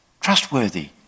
trustworthy